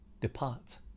depart